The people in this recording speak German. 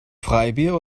freibier